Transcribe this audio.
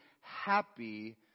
happy